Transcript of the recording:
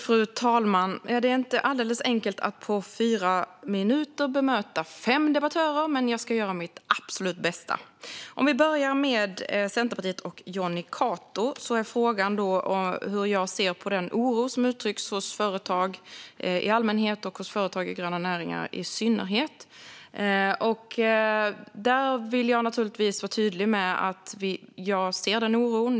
Fru talman! Det är inte alldeles enkelt att på fyra minuter bemöta fem debattörer, men jag ska göra mitt absolut bästa. Vi börjar med Centerpartiet och Jonny Cato. Frågan var hur jag ser på den oro som uttrycks hos företag i allmänhet och hos företag i gröna näringar i synnerhet. Här vill jag vara tydlig med att jag ser den oron.